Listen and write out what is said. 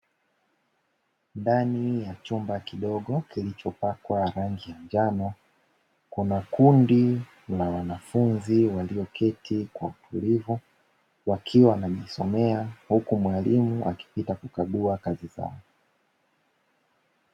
Ndani ya chumba kidogo kilichopakwa rangi ya njano. Kuna kundi la wanafunzi walioketi kwa utulivu wakiwa wanajisomea huku mwalimu akipita kukagua kazi zao.